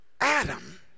Adam